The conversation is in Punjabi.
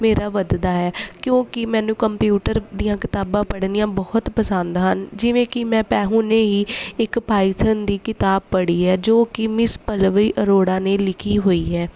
ਮੇਰਾ ਵਧਦਾ ਹੈ ਕਿਉਂਕਿ ਮੈਨੂੰ ਕੰਪਿਊਟਰ ਦੀਆਂ ਕਿਤਾਬਾਂ ਪੜ੍ਹਨੀਆਂ ਬਹੁਤ ਪਸੰਦ ਹਨ ਜਿਵੇਂ ਕਿ ਮੈਂ ਪੈਹੁ ਨੇ ਹੀ ਇੱਕ ਪਾਈਥਨ ਦੀ ਕਿਤਾਬ ਪੜ੍ਹੀ ਹੈ ਜੋ ਕਿ ਮਿਸ ਪਲਵੀ ਅਰੋੜਾ ਨੇ ਲਿਖੀ ਹੋਈ ਹੈ